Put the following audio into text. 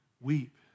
Weep